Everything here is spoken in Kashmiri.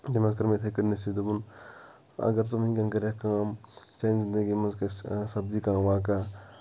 تٔمۍ حظ کٔر مےٚ یِتھَے کٔنۍ چھِ دوٚپُن اگر ژٕ وٕنۍکٮ۪ن کَرٮ۪کھ کٲم چانہِ زِندگی منٛز گژھِ سپدی کانٛہہ واقعہ